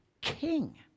king